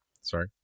sorry